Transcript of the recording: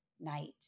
night